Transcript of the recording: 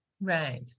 right